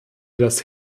das